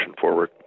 forward